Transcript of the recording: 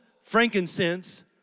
frankincense